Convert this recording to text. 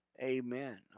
Amen